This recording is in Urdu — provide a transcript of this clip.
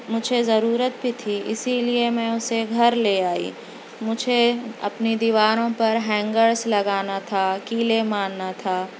مجھے ضرورت بھی تھی اِسی لیے میں اُسے گھر لے آئی مجھے اپنی دیواروں پر ہینگرس لگانا تھا کیلیں مارنا تھا